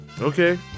Okay